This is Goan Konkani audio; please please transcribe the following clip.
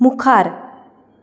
मुखार